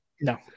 no